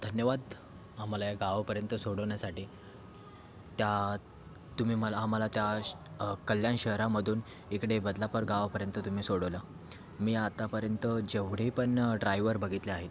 धन्यवाद आम्हाला या गावापर्यंत सोडवण्यासाठी त्या तुम्ही मला आम्हाला त्या कल्यान शहरामधून इकडे बदलापर गावापर्यंत तुम्ही सोडवलं मी आतापर्यंत जेवढे पण ड्राइव्हर बघितले आहे